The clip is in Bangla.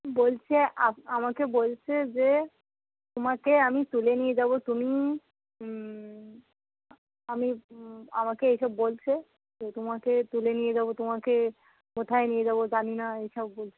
বলছে আপ আমাকে বলছে যে তোমাকে আমি তুলে নিয়ে যাবো তুমি আমি আমাকে এই সব বলছে তো তোমাকে তুলে নিয়ে যাবো তোমাকে কোথায় নিয়ে যাবো জানি না এই সব বলছে